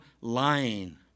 lying